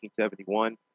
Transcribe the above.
1971